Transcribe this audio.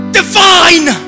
divine